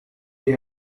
die